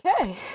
Okay